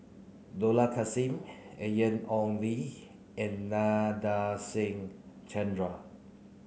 Dollah Kassim Ian Ong Li and Nadasen Chandra